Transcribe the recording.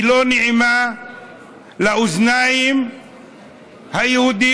היא לא נעימה לאוזניים היהודיות,